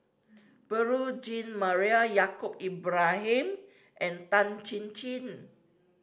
Beurel Jean Marie Yaacob Ibrahim and Tan Chin Chin